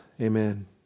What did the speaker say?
Amen